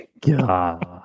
God